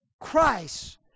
Christ